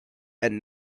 and